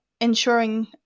ensuring